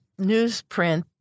newsprint